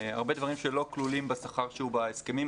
הרבה דברים שלא כלולים בשכר שהוא בהסכמים,